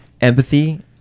empathy